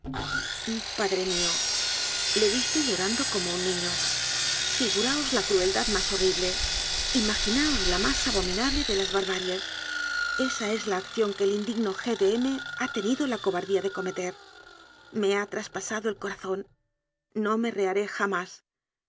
mi arrebato padre míole dije llorando como un niño figuraos la crueldad más horrible imagináos la más abominable de las barbaries esa es la acción que el indigno g de m ha tenido la cobardía de cometer me ha traspasado el co razón no me reharé jamás